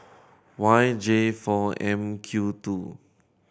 Y J four M Q two